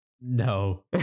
no